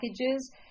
packages